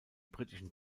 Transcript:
britischen